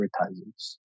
advertisers